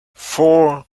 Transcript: four